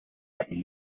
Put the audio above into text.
but